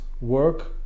work